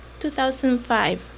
2005